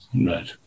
Right